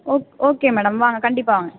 ஓ okay madam வாங்க கண்டிப்பாக வாங்க